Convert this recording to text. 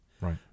Right